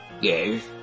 Yes